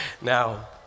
Now